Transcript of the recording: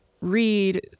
read